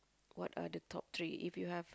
what are the top three if you have